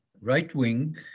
right-wing